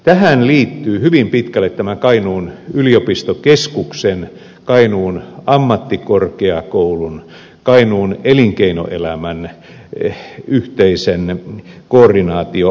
tähän liittyy hyvin pitkälle tämä kainuun yliopistokeskuksen kainuun ammattikorkeakoulun kainuun elinkeinoelämän yhteisen koordinaation aikaansaaminen